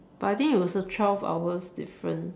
but I think it was a twelve hours difference